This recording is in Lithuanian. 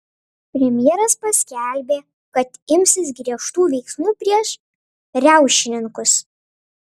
premjeras paskelbė kad imsis griežtų veiksmų prieš riaušininkus